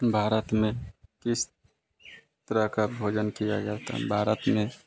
भारत में किस तरह का भोजन किया जाता है भारत में